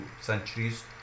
centuries